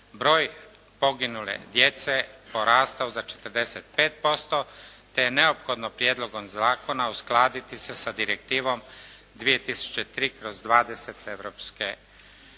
broj poginule djece porastao za 45%, te je neophodno prijedlogom zakona uskladiti se sa direktivom 2003/20